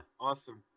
Awesome